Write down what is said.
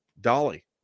dolly